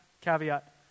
caveat